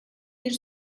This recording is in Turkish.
bir